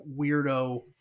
weirdo